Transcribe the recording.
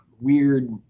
weird